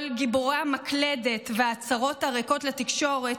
כל גיבורי המקלדת וההצהרות הריקות לתקשורת,